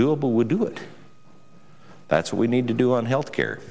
doable would do it that's what we need to do on health care